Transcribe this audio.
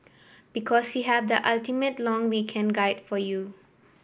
because we have the ultimate long weekend guide for you